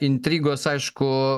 intrigos aišku